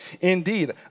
Indeed